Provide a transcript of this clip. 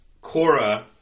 Cora